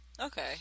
Okay